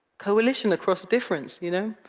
coalition across difference, you know?